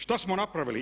Što smo napravili?